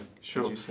Sure